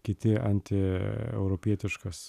kiti antieuropietiškas